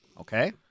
Okay